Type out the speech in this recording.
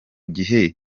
gihe